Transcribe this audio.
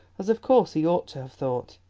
as of course he ought to have thought.